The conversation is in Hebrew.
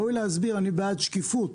אני בעד שקיפות,